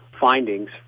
findings